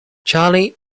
charlie